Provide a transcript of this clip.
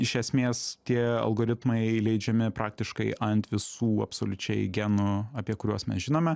iš esmės tie algoritmai leidžiami praktiškai ant visų absoliučiai genų apie kuriuos mes žinome